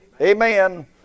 Amen